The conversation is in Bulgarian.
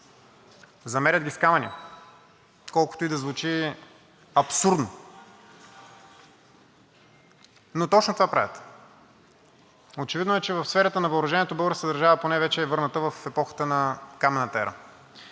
Замерят ги с камъни, колкото и да звучи абсурдно! Но точно това правят. Очевидно е, че поне в сферата на въоръжението българската държава вече е върната в епохата на каменната ера.